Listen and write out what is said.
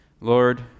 Lord